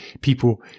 People